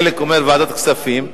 חלק אומר ועדת כספים,